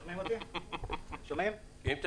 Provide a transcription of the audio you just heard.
אם לא